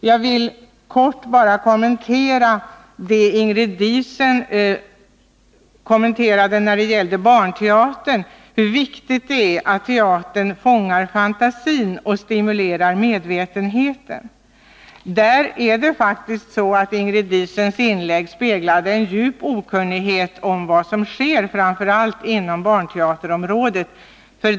Jag vill kort kommentera vad Ingrid Diesen sade när det gäller barnteatern — hur viktigt det är att teatern fångar fantasin och stimulerar medvetenheten. Ingrid Diesens inlägg speglade faktiskt en djup okunnighet om vad som sker inom framför allt barnteaterområdet.